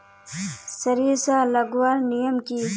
सरिसा लगवार नियम की?